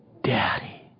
Daddy